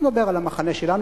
אני לא מדבר על המחנה שלנו,